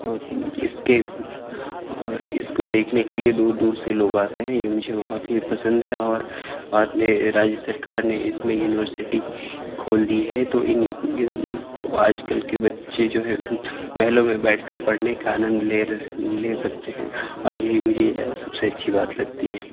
اور اس کے اور اس کو دیکھنے کے لیے دور دور سے لوگ آتے ہیں یہ مجھے ہی بہت پسند ہے اور بعد میں راجیہ سرکار نے اس میں یونیورسٹی کھول دی ہے تو ان تو آج کل کے بچّے جو ہے ان محلوں میں بیٹھ کر پڑھنے کا آنند لے رہ لے سکتے ہیں اور یہی مجھے سب سے اچّھی بات لگتی ہے